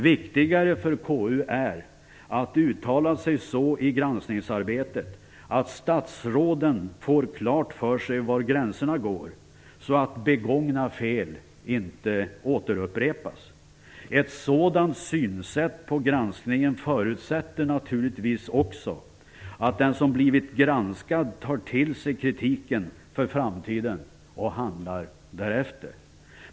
Viktigare för KU är att uttala sig så i granskningsarbetet att statsråden får klart för sig var gränserna går så att begångna fel inte återupprepas. Ett sådant synsätt på granskningen förutsätter naturligtvis också att den som blivit granskad tar till sig kritiken för framtiden och handlar därefter.